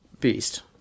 beast